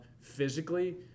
physically